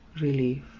relief